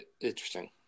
interesting